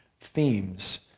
themes